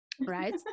right